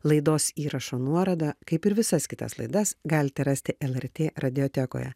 laidos įrašo nuorodą kaip ir visas kitas laidas galite rasti lrt radiotekoje